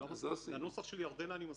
מסכים לנוסח של ירדנה.